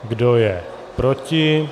Kdo je proti?